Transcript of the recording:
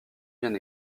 bien